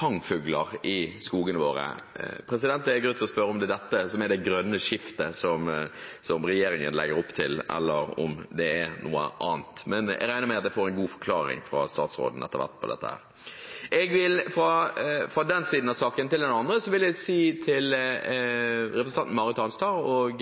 sangfugler i skogene våre. Det er grunn til å spørre om det er dette som er det grønne skiftet som regjeringen legger opp til, eller om det er noe annet. Jeg regner med at jeg får en god forklaring fra statsråden etter hvert. Fra den siden av saken til en annen: Jeg vil si til representanten Marit Arnstad og